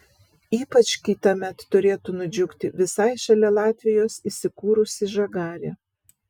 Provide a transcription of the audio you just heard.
ypač kitąmet turėtų nudžiugti visai šalia latvijos įsikūrusi žagarė